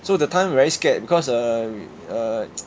so that time very scared because err we err